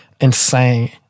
insane